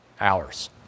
hours